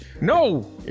No